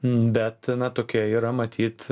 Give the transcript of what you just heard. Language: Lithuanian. bet na tokia yra matyt